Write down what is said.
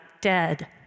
dead